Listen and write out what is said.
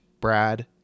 Brad